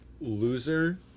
loser